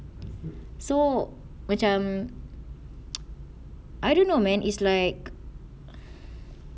so macam I don't know man it's like